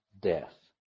death